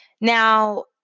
Now